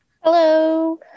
Hello